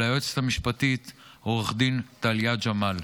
וליועצת המשפטית עורכת הדין טליה ג'מאל.